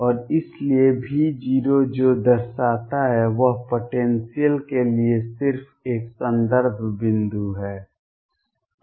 और इसलिए V0 जो दर्शाता है वह पोटेंसियल के लिए सिर्फ एक संदर्भ बिंदु है